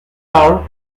out